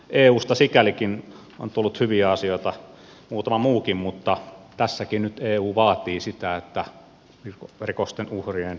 eusta sikälikin on tullut hyviä asioita muutama muukin ja tässäkin nyt eu vaatii sitä että rikosten uhrien asemaa parannetaan